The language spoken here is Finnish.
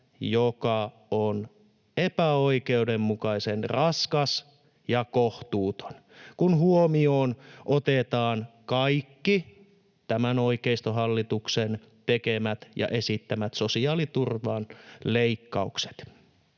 joka on epäoikeudenmukaisen raskas ja kohtuuton, kun huomioon otetaan kaikki tämän oikeistohallituksen tekemät ja esittämät sosiaaliturvan leikkaukset.